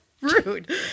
Rude